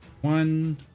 One